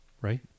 right